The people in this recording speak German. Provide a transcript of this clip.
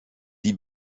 die